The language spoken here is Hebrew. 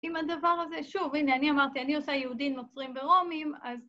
עם הדבר הזה, שוב, הנה, אני אמרתי, אני עושה יהודים, נוצרים ורומים, אז...